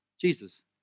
jesus